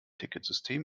ticketsystem